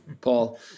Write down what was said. Paul